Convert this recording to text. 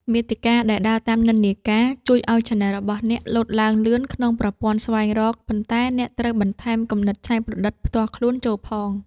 មាតិកាដែលដើរតាមនិន្នាការ ជួយឱ្យឆានែលរបស់អ្នកលោតឡើងលឿនក្នុងប្រព័ន្ធស្វែងរក ប៉ុន្តែអ្នកត្រូវបន្ថែមគំនិតច្នៃប្រឌិតផ្ទាល់ខ្លួនចូលផង។